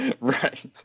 right